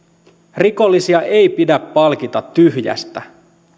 rikollisia ei pidä palkita tyhjästä